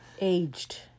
Aged